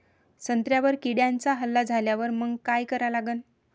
संत्र्यावर किड्यांचा हल्ला झाल्यावर मंग काय करा लागन?